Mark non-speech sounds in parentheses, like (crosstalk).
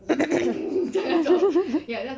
(noise)